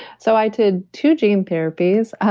so i did two gene therapies.